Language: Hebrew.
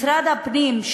משרד הפנים,